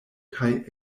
kaj